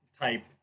type